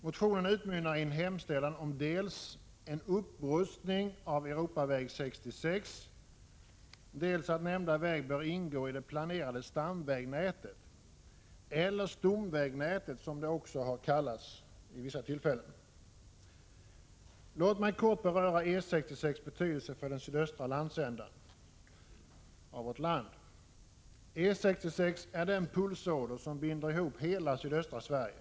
Motionen utmynnar i en hemställan om dels en upprustning av Europaväg 66, dels att nämnda väg bör ingå i det planerade stamvägnätet — eller stomvägnätet, som det också vid vissa tillfällen har kallats. Låt mig kort beröra betydelsen av E 66 för den sydöstra landsändan av vårt land. E 66 är den pulsåder som binder ihop hela sydöstra Sverige.